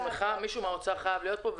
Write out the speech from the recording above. מישהו ממשרד האוצר חייב להיות פה.